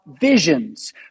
visions